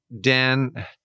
Dan